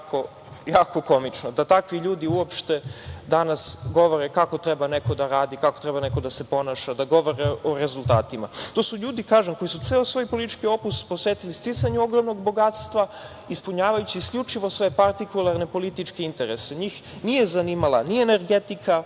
jako komično da takvi ljudi uopšte danas govore kako treba neko da radi, kako treba neko da se ponaša, da govore o rezultatima. To su ljudi, kažem, koji su ceo svoj politički opus posvetili sticanju ogromnog bogatstva, ispunjavajući isključivo svoje partikularne političke interesa. Njih nije zanimala ni energetika,